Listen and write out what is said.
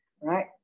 Right